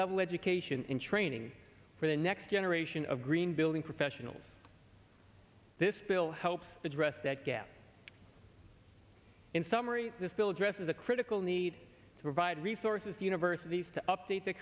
level education and training for the next generation of green building professionals this bill helps address that gap in summary this bill dresses a critical need to provide resources to universities to update the